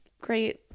great